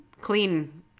clean